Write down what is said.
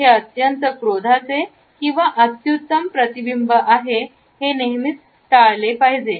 हे अत्यंत क्रोधाचे किंवा अत्युत्तम प्रतिबिंब आहे जे नेहमीच टाळले पाहिजे